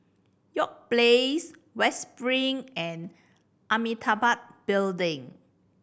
York Place West Spring and Amitabha Building